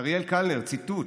אריאל קלנר, ציטוט: